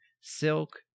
silk